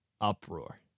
uproar